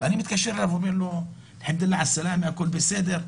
אני מתקשר אליו ואומר לו: הכול בסדר?